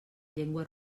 llengua